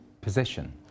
position